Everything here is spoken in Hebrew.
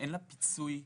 אין פיצוי כספי,